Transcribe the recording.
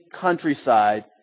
countryside